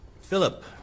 Philip